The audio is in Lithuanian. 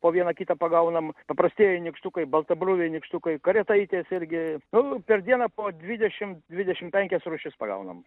po vieną kitą pagaunam paprastieji nykštukai baltabruviai nykštukai karietaitės irgi nu per dieną po dvidešimt dvidešimt penkias rūšis pagaunam